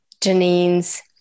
Janine's